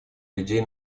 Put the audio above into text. людей